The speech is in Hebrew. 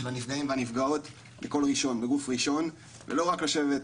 הנפגעים והנפגעות בגוף ראשון ולא רק לשבת,